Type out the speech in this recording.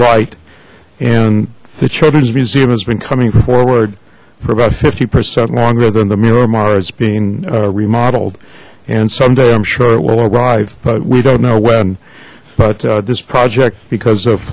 light and the children's museum has been coming forward for about fifty percent longer than the miramar is being remodeled and someday i'm sure it will arrive but we don't know when but this project because of